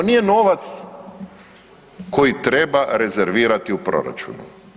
To nije novac koji treba rezervirati u proračunu.